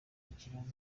ikibazo